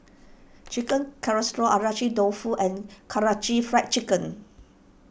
Chicken Casserole Agedashi Dofu and Karaage Fried Chicken